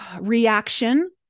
reaction